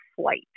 flight